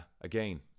again